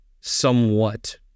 somewhat